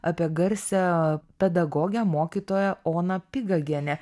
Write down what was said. apie garsią pedagogę mokytoją oną pigagienę